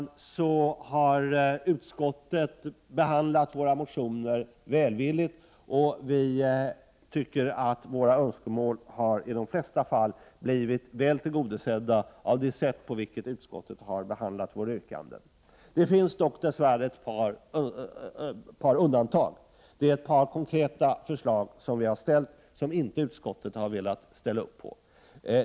Över lag har utskottet behandlat våra motioner välvilligt, och vi tycker att våra önskemål i de flesta fall har blivit väl tillgodosedda vid utskottets behandling av våra yrkanden. Det finns dess värre ett par undantag. Vi har lagt fram ett par konkreta förslag, som utskottet inte har velat ställa sig bakom.